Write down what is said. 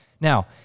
Now